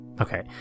Okay